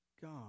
God